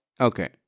Okay